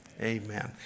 Amen